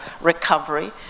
recovery